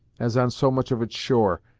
as on so much of its shore,